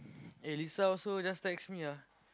eh Lisa also just text me ah